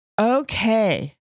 Okay